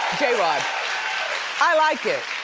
j. rodd i like it.